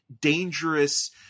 dangerous